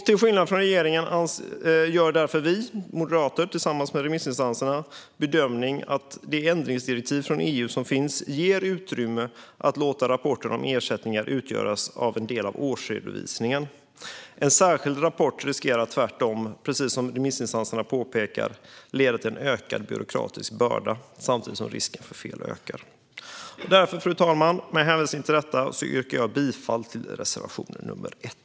Till skillnad från regeringen gör därför vi moderater, tillsammans med remissinstanserna, bedömningen att det ändringsdirektiv från EU som finns ger utrymme för att låta rapporten om ersättningar utgöras av en del av årsredovisningen. En särskild rapport riskerar tvärtom, precis som remissinstanserna påpekar, att leda till en ökad byråkratisk börda samtidigt som risken för fel ökar. Med hänvisning till detta yrkar jag bifall till reservation 1.